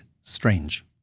strange